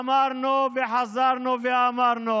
אמרנו וחזרנו ואמרנו: